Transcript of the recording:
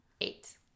eight